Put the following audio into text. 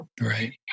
Right